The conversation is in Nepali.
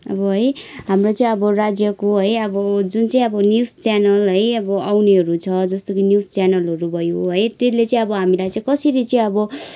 अब है हाम्रो चाहिँ अब राज्यको है अब जुन चाहिँ अब न्युज च्यानल है अब आउनेहरू छ जस्तो कि न्युज च्यानलहरू भयो है त्यसले चाहिँ अब हामीलाई चाहिँ कसरी चाहिँ अब